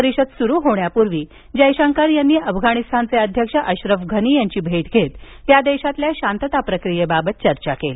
परिषद सुरू होण्यापूर्वी जयशंकर यांनी अफगाणिस्तानचे अध्यक्ष अश्रफ घनी यांची भेट घेत त्या देशातल्या शांतता प्रक्रियेबाबत चर्चा केली